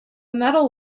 metal